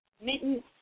Mittens